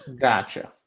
gotcha